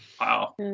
wow